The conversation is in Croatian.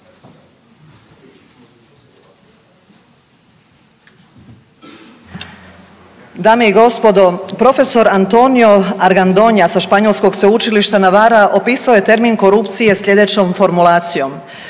Dame i gospodo. Profesor Antonio Argandona sa španjolskog sveučilišta Navara opisao je termin korupcije sljedećom formulacijom: